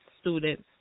students